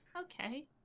Okay